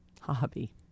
hobby